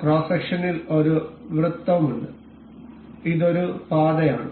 cross സെക്ഷനിൽ ഒരു വൃത്തമുണ്ട് ഇത് ഒരു പാതയാണ്